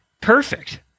Perfect